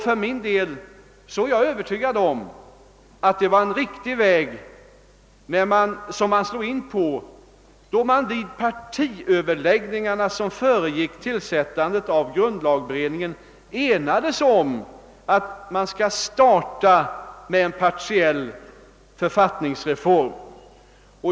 För min del är jag övertygad om att det var en riktig väg som man slog in på när man vid de partiöverläggningar, som föregick tillsättandet av grundlagberedningen, enades om att starta med en partiell författningsreform.